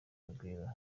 urugwiro